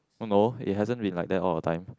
no no it hasn't been like that all the time